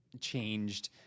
changed